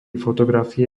fotografie